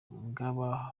mwa